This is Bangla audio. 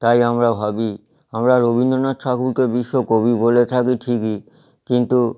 তাই আমরা ভাবি আমরা রবীন্দ্রনাথ ঠাকুরকে বিশ্বকবি বলে থাকি ঠিকই কিন্তু